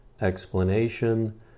explanation